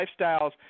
lifestyles